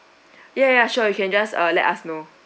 ya ya sure you can just uh let us know